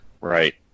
Right